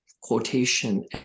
quotation